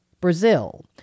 Brazil